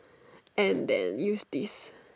and then use this